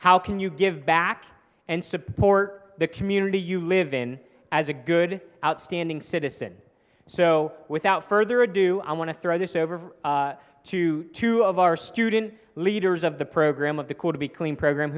how can you give back and support the community you live in as a good outstanding citizen so without further ado i want to throw this over to two of our student leaders of the program of the call to be clean program